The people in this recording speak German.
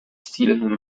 stilen